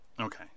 Okay